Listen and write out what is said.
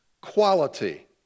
quality